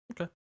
Okay